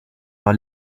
par